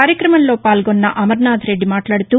కార్యక్రమంలో పాల్గొన్న అమర్నాథ్ రెడ్డి మాట్లాదుతూ